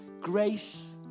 Grace